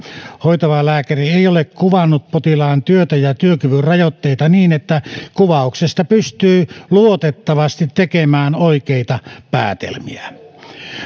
hoitava lääkäri ei ole kuvannut potilaan työtä ja työkyvyn rajoitteita niin että kuvauksesta pystyy luotettavasti tekemään oikeita päätelmiä myös